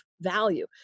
value